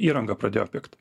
įranga pradėjo pigt